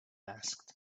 asked